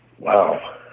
Wow